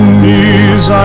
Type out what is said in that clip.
knees